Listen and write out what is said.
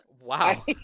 wow